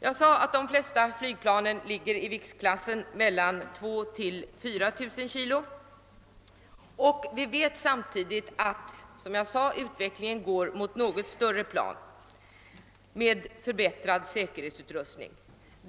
Jag sade att de flesta flygplan tillhör viktklassen 2 000—-4 000 kilo, och vi vet som sagt att utvecklingen går mot större plan med bättre säkerhetsutrustning.